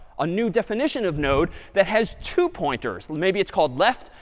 a new definition of node that has two pointers. maybe it's called left.